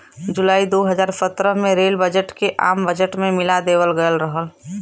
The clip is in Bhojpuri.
जुलाई दू हज़ार सत्रह में रेल बजट के आम बजट में मिला देवल गयल रहल